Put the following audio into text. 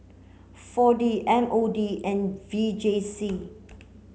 four D M O D and V J C